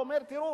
בא ואומר: תראו,